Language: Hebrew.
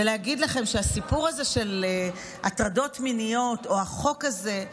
ולהגיד לכם שהסיפור הזה של הטרדות מיניות או החוק הזה,